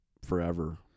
Forever